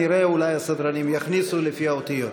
אולי הסדרנים יכניסו לפי האותיות.